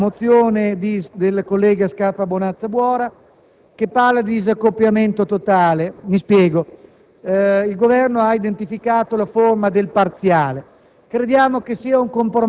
favore della mozione del collega Scarpa Bonazza Buora, che parla di disaccoppiamento totale. Il Governo ha identificato la forma del